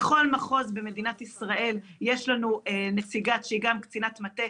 בכל מחוז במדינת ישראל יש לנו נציגה שהיא גם קצינת מטה,